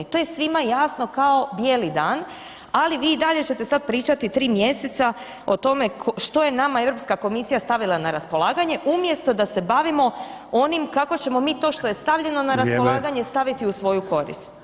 I to je svima jasno kao bijeli dan, ali vi i dalje ćete sad pričati 3 mjeseca o tome što je nama Europska komisija stavila na raspolaganje, umjesto da se bavimo onim kako ćemo mi to što je stavljeno na raspolaganje [[Upadica: Vrijeme.]] staviti u svoju korist.